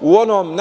u onom